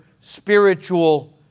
spiritual